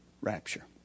rapture